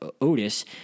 Otis